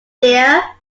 dear